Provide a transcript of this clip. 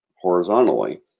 horizontally